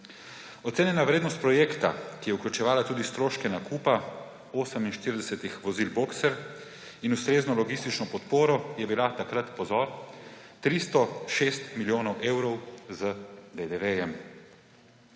Ocenjena vrednost projekta, ki je vključevala tudi stroške nakupa 48 vozil boxer in ustrezno logistično podporo, je bila takrat, pozor, 306 milijonov evrov z DDV.